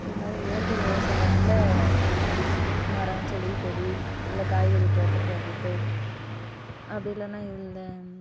இதுமாதிரி இயற்கை விவசாயத்தில் மரம் செடி கொடி இல்லை காய்கறி தோட்டம் போடுறது அப்படி இல்லைனா இதில்